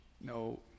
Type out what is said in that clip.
No